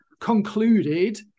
concluded